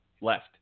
left